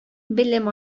белем